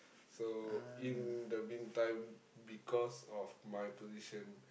so in the meantime because of my position